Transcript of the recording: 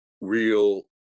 real